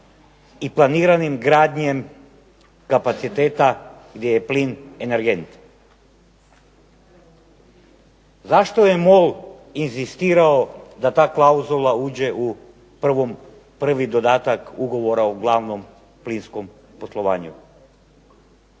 i planiranom gradnjom kapaciteta gdje je plin energent? Zašto je MOL inzistirao da ta klauzula uđe u prvi dodatak ugovora o glavnom plinskom poslovanju?